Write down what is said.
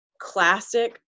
classic